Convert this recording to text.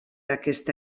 aquesta